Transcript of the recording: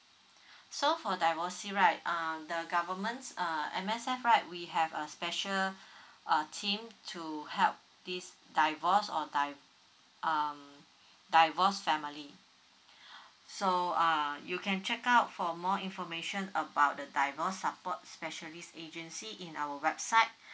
so for divorce right um the government uh M_S_F right we have a special uh team to help this divorce or di~ um divorced family so uh you can check out for more information about the divorce support specialist agency in our website